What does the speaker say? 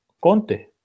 Conte